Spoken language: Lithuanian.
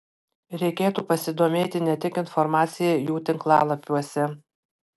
reikėtų pasidomėti ne tik informacija jų tinklalapiuose